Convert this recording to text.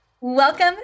Welcome